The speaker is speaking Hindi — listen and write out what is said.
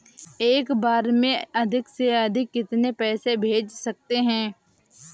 एक बार में अधिक से अधिक कितने पैसे भेज सकते हैं?